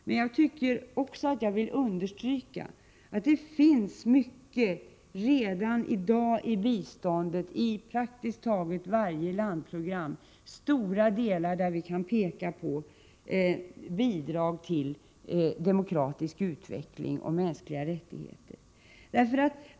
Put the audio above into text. Jag vill emellertid också understryka att det faktiskt redan i dag i praktiskt taget varje landprogram inom biståndet finns stora delar där vi kan peka på bidrag till demokratisk utveckling och mänskliga rättigheter.